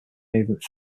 movement